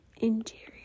interior